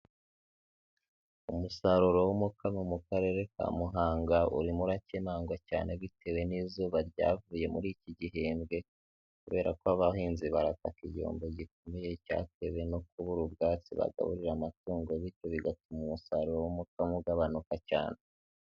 Umusaruro w'umukamo mu karere ka Muhanga, urimo urakemangwa cyane bitewe n'izuba ryavuye muri iki gihembwe kubera ko abahinzi barataka igihombo gikomeye, cyatewe no kubura ubwatsi bagaburira amatungo, bityo bigatuma umusaruro w'umukamo ugabanuka cyane.